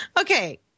okay